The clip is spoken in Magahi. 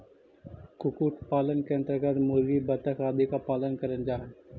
कुक्कुट पालन के अन्तर्गत मुर्गी, बतख आदि का पालन करल जा हई